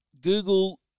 Google